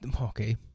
okay